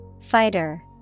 Fighter